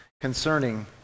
concerning